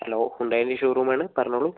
hello ഹുണ്ടായിൻ്റെ showroom ആണ് പറഞ്ഞോളൂ